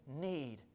need